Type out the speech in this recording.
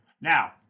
Now